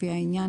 לפי העניין,